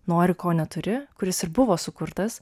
nori ko neturi kuris ir buvo sukurtas